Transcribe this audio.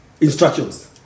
instructions